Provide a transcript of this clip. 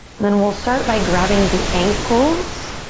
then we'll start by grabbing the ankles